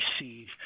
receive